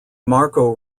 marco